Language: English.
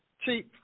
Chief